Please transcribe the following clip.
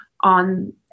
on